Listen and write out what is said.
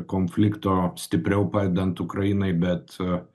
konflikto stipriau padedant ukrainai bet